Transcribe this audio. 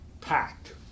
packed